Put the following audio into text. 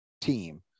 team